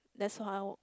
that's how